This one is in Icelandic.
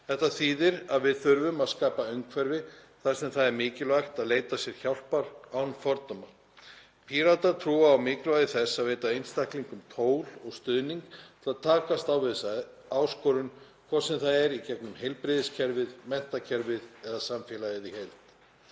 Þetta þýðir að við þurfum að skapa umhverfi þar sem það er mikilvægt að leita sér hjálpar án fordóma. Píratar trúa á mikilvægi þess að veita einstaklingum tól og stuðning til að takast á við þessa áskorun, hvort sem það er í gegnum heilbrigðiskerfið, menntakerfið eða samfélagið í heild.